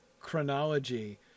chronology